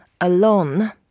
alone